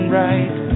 right